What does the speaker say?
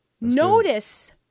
Notice